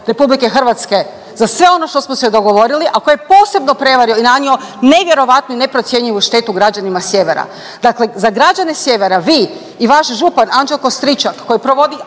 građane RH za sve ono što smo se dogovorili, a koji je posebno prevario i nanio nevjerojatnu i neprocjenjivu štetu građanima sjevera. Dakle, za građane sjevera vi i vaš župan Anđelko Stričak koji provodi